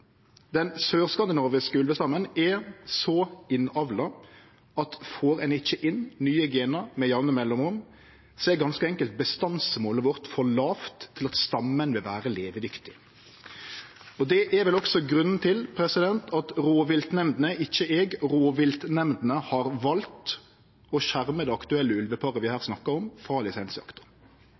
Den sør-skandinaviske ulvestammen er så innavla at får ein ikkje inn nye genar med jamne mellomrom, er ganske enkelt bestandsmålet vårt for lågt til at stammen vil vere levedyktig. Det er vel også grunnen til at rovviltnemndene, ikkje eg, har vald å skjerme det aktuelle ulveparet vi her snakkar om, frå lisensjakta.